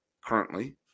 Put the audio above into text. currently